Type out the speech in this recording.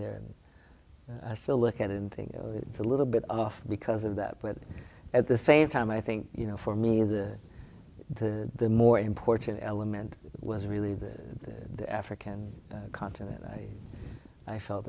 there and i still look at it and think it's a little bit off because of that but at the same time i think you know for me the the the more important element was really that the african continent i felt